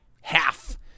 half